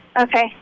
Okay